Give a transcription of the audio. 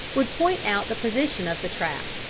would point out the position of the trap.